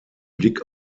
blick